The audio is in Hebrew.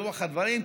ברוח הדברים,